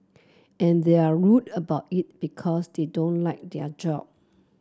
and they're rude about it because they don't like their job